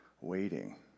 Waiting